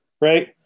right